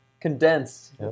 condensed